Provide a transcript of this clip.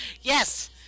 Yes